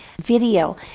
video